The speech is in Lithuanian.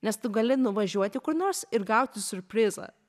nes tu gali nuvažiuoti kur nors ir gauti siurprizą